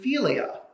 philia